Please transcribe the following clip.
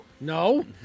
No